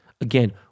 Again